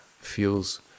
feels